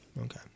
Okay